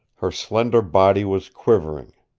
her slender body was quivering.